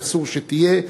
שאסור שתהיה,